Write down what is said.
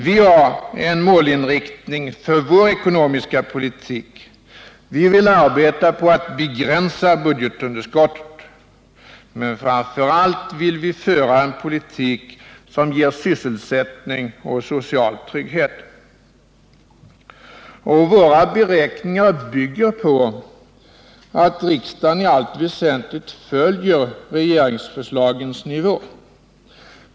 Vi har en målinriktning för vår ekonomiska politik. Vi vill arbeta på att begränsa budgetunderskottet, men framför allt vill vi föra en politik som ger sysselsättning och social trygghet. Våra beräkningar bygger på att riksdagen i allt väsentligt följer regeringsförslagens nivå.